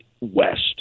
west